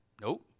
Nope